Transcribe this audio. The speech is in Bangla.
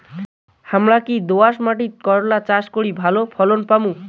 হামরা কি দোয়াস মাতিট করলা চাষ করি ভালো ফলন পামু?